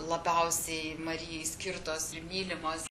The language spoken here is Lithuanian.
labiausiai marijai skirtos ir mylimos